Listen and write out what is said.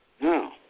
Now